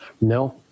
No